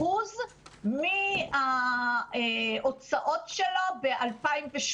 25% מההוצאות שלו ב-2018.